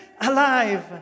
alive